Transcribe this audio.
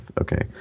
okay